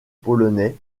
polonais